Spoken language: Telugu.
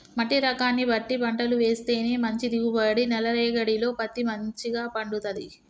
మట్టి రకాన్ని బట్టి పంటలు వేస్తేనే మంచి దిగుబడి, నల్ల రేగఢీలో పత్తి మంచిగ పండుతది